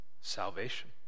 salvation